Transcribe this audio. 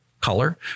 color